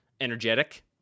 energetic